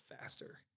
faster